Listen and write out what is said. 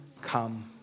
come